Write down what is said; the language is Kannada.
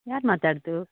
ಯಾರು ಮಾತಾಡ್ತಿರೋದು